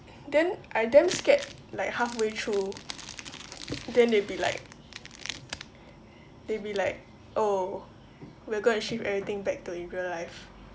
then I damn scared like halfway through then they'll be like they'll be like oh we are going to shift everything back to in real life